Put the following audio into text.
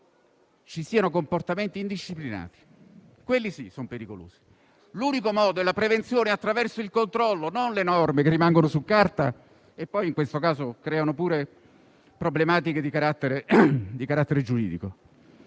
ci siano comportamenti indisciplinati pericolosi. L'unico modo di fare prevenzione è attraverso il controllo; non attraverso norme che rimangono su carta e poi in questo caso creano pure problematiche di carattere giuridico.